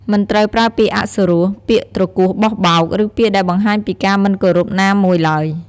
មិនត្រូវប្រើពាក្យអសុរោះ ពាក្យទ្រគោះបោះបោក ឬពាក្យដែលបង្ហាញពីការមិនគោរពណាមួយឡើយ។